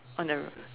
on the